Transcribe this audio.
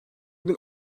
bin